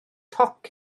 toc